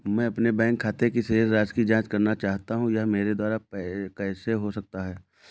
मैं अपने बैंक खाते की शेष राशि की जाँच करना चाहता हूँ यह मेरे द्वारा कैसे हो सकता है?